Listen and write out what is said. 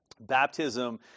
baptism